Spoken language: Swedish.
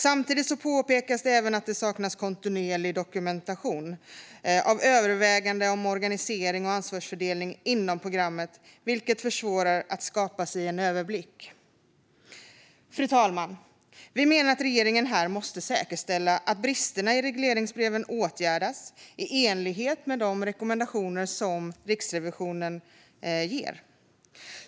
Samtidigt påpekas att det saknas kontinuerlig dokumentation av överväganden om organisering och ansvarsfördelning inom programmen, vilket försvårar att skapa en överblick över programmen. Fru talman! Vi menar att regeringen måste säkerställa att bristerna i regleringsbreven åtgärdas i enlighet med de rekommendationer som Riksrevisionen ger.